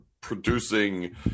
producing